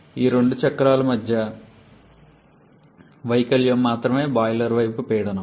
ఈ రెండు చక్రాల మధ్య వైకల్యం మాత్రమే బాయిలర్ వైపు పీడనం